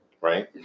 right